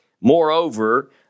Moreover